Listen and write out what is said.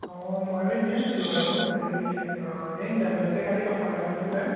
অঁ ময়ো এনেই আছিলোঁ বাৰু হেৰি এই মেমেযে কালি কথা এটা কৈছিলে